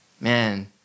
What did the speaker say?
Man